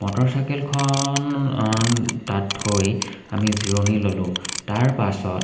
মটৰচাইকেলখন তাত থৈ আমি জিৰণি ল'লোঁ তাৰ পাছত